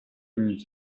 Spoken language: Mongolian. өрөөний